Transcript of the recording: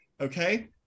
Okay